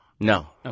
No